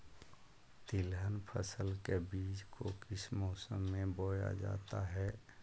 तिलहन फसल के बीज को किस मौसम में बोया जाता है?